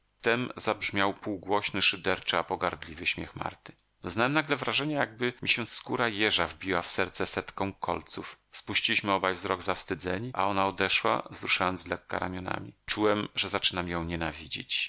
zabrzmiał półgłośny szyderczy a pogardliwy śmiech marty doznałem nagle wrażenia jakby mi się skóra jeża wbiła w serce setką kolców spuściliśmy obaj wzrok zawstydzeni a ona odeszła wzruszając z lekka ramionami uczułem że zaczynam ją nienawidzić